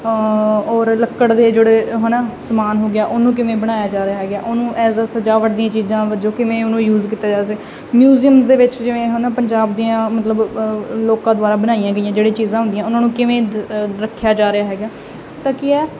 ਔਰ ਲੱਕੜ ਦੇ ਜਿਹੜੇ ਹਨਾ ਸਮਾਨ ਹੋ ਗਿਆ ਉਹਨੂੰ ਕਿਵੇਂ ਬਣਾਇਆ ਜਾ ਰਿਹਾ ਹੈਗਾ ਉਹਨੂੰ ਐਜ਼ ਸਜਾਵਟ ਦੀ ਚੀਜ਼ਾਂ ਵਜੋਂ ਕਿਵੇਂ ਉਹਨੂੰ ਯੂਜ਼ ਕੀਤਾ ਜਾ ਸਕੇ ਮਿਊਜ਼ੀਅਮ ਦੇ ਵਿੱਚ ਜਿਵੇਂ ਹੁਣ ਪੰਜਾਬ ਦੀਆਂ ਮਤਲਬ ਲੋਕਾਂ ਦੁਆਰਾ ਬਣਾਈਆਂ ਗਈਆਂ ਜਿਹੜੇ ਚੀਜ਼ਾਂ ਹੁੰਦੀਆਂ ਉਹਨਾਂ ਨੂੰ ਕਿਵੇਂ ਰੱਖਿਆ ਜਾ ਰਿਹਾ ਹੈਗਾ ਤਾਂ ਕੀ ਆ